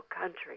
country